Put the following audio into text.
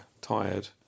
tired